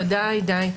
תודה, הידי.